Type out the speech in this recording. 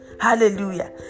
hallelujah